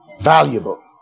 Valuable